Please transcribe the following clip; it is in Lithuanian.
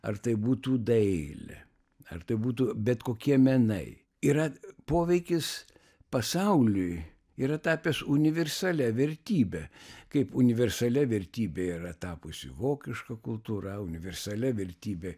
ar tai būtų dailė ar tai būtų bet kokie menai yra poveikis pasauliui yra tapęs universalia vertybe kaip universalia vertybe yra tapusi vokiška kultūra universalia vertybe